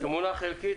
זו תמונה חלקית.